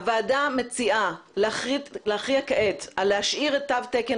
הוועדה מציעה להכריע כעת להשאיר את תו תקן